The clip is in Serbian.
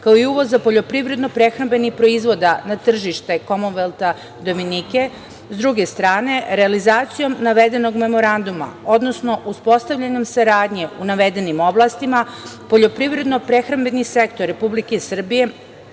kao i uvoza poljoprivredno-prehrambenih proizvoda na tržište Komonvelta Dominike, s druge strane, realizacijom navedenog memoranduma, odnosno uspostavljanjem saradnje u navedenim oblastima, poljoprivredno-prehrambeni sektor Republike Srbije